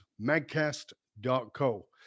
Magcast.co